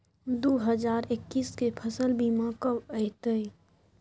दु हजार एक्कीस के फसल बीमा कब अयतै?